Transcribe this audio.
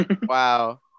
Wow